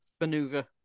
maneuver